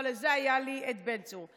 אבל לזה היה לי את בן צור.